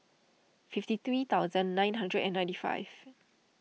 fifty three thousand nine hundred and ninety five